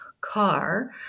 car